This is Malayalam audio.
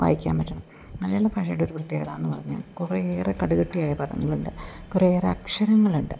വായിക്കാൻ പറ്റണം മലയാള ഭാഷായുടെ ഒരു പ്രത്യേകത എന്ന് പറഞ്ഞാൽ കുറെ ഏറെ കടുകട്ടിയായ പദങ്ങളുണ്ട് കുറെ ഏറെ അക്ഷരങ്ങളുണ്ട്